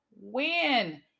win